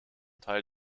teil